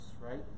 right